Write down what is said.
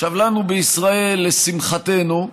לנו בישראל, לשמחתנו,